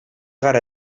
gara